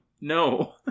no